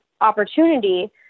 opportunity